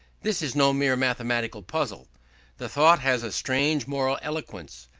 this is no mere mathematical puzzle the thought has a strange moral eloquence.